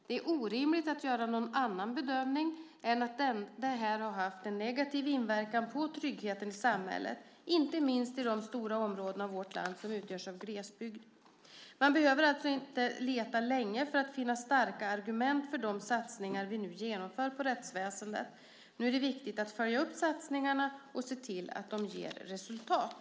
Det är orimligt att göra någon annan bedömning än att detta har haft en negativ inverkan på tryggheten i samhället, inte minst i de stora områden av vårt land som utgörs av glesbygd. Man behöver alltså inte leta länge för att finna starka argument för de satsningar som vi nu genomför på rättsväsendet. Nu är det viktigt att följa upp satsningarna och se till att de ger resultat.